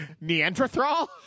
Neanderthal